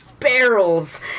barrels